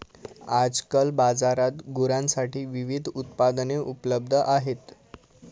आजकाल बाजारात गुरांसाठी विविध उत्पादने उपलब्ध आहेत